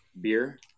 beer